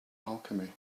alchemy